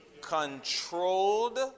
Controlled